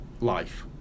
life